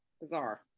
bizarre